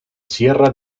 sierra